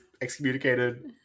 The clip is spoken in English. excommunicated